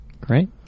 Great